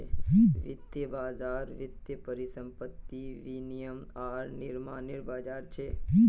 वित्तीय बज़ार वित्तीय परिसंपत्तिर विनियम आर निर्माणनेर बज़ार छ